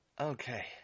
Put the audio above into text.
Okay